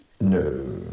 No